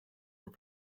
were